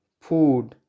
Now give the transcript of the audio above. food